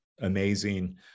amazing